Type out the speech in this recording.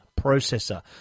processor